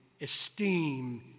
esteem